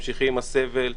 ממשיכים עם הסבל.